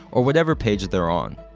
or whatever page that they're on.